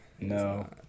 No